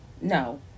No